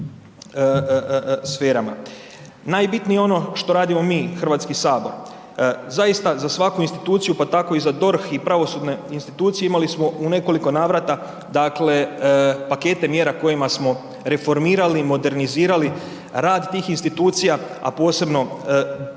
Najbitnije je ono što radimo mi HS, zaista za svaku instituciju pa tako i za DORH i za pravosudne institucije imali smo u nekoliko navrata pakete mjera kojima smo reformirali, modernizirali rad tih institucija, a posebno ove